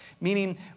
meaning